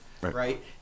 right